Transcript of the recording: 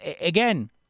again